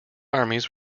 armies